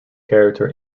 character